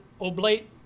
oblate